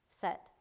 set